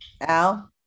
Al